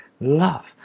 love